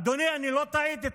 אדוני, אני לא טעיתי.